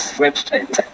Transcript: website